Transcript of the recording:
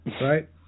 right